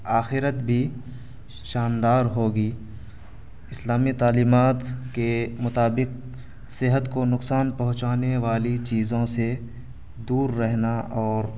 آخرت بھی شاندار ہوگی اسلامی تعلیمات کے مطابق صحت کو نقصان پہنچانے والی چیزوں سے دور رہنا اور